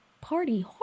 Party